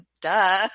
Duh